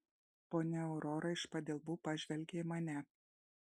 ponia aurora iš padilbų pažvelgė į mane